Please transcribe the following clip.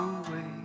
away